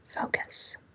focus